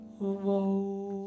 Whoa